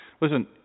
Listen